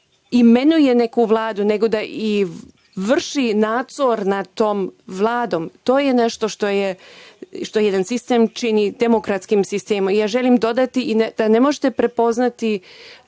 imenuje neku vladu, nego da i vrši nadzor nad tom Vladom? To je nešto što jedan sistem čini demokratskim sistemom. Želim dodati da ne možete prepoznati